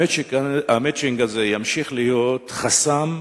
ה"מצ'ינג" הזה ימשיך להיות חסם,